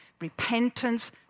repentance